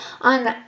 on